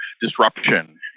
disruption